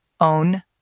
own